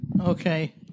Okay